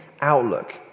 outlook